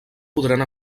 podran